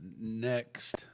next